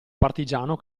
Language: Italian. partigiano